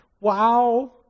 Wow